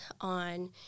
on